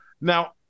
Now